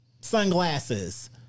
sunglasses